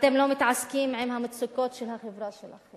אתם לא מתעסקים עם המצוקות של החברה שלכם.